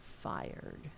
fired